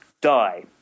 die